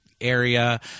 area